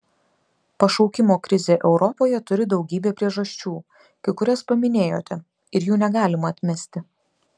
pašaukimo krizė europoje turi daugybę priežasčių kai kurias paminėjote ir jų negalima atmesti